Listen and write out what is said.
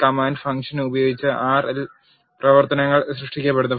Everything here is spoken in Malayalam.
കമാൻഡ് ഫംഗ്ഷൻ ഉപയോഗിച്ച് ആർ ൽ പ്രവർത്തനങ്ങൾ സൃഷ്ടിക്കപ്പെടുന്നു